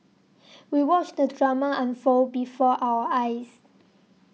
we watched the drama unfold before our eyes